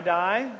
die